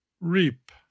reap